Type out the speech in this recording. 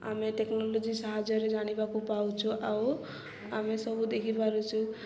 ଆମେ ଟେକ୍ନୋଲୋଜି ସାହାଯ୍ୟରେ ଜାଣିବାକୁ ପାଉଛୁ ଆଉ ଆମେ ସବୁ ଦେଖିପାରୁଛୁ